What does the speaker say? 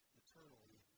eternally